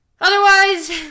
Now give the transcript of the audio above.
Otherwise